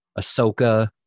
Ahsoka